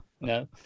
No